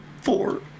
four